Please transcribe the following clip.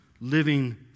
living